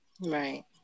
Right